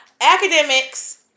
Academics